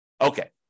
Okay